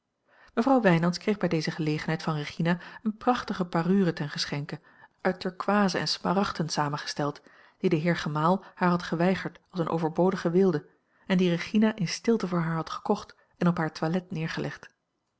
mevrouw wijnands kreeg bij deze gelegenheid van regina eene prachtige parure ten geschenke uit turkooizen en smaragden samengesteld die de heer gemaal haar had geweigerd als eene overbodige weelde en die regina in stilte voor haar had gekocht en op haar toilet neergelegd